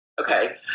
Okay